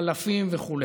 חלפים וכו'.